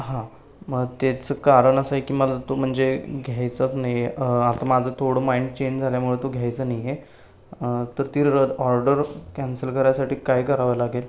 हां मग तेचं कारण असं आहे की मला तो म्हणजे घ्यायचंच नाही आहे आता माझं थोडं माइंड चेंज झाल्यामुळे तो घ्यायचा नाही आहे तर तीर ऑर्डर कॅन्सल करायसाठी काय करावं लागेल